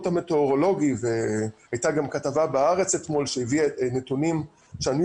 המטאורולוגי והייתה אתמול גם כתבה בעיתון "הארץ" שהביאה נתונים שהניו